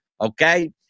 okay